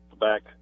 back